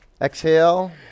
Exhale